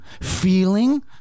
feeling